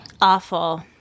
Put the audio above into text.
Awful